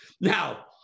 Now